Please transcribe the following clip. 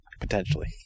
potentially